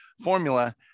formula